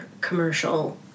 commercial